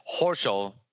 Horschel